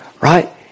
right